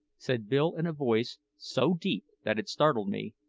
said bill in a voice so deep that it startled me,